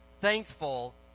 thankful